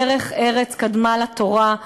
דרך ארץ קדמה לתורה,